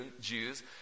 Jews